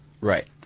Right